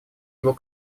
его